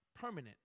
permanent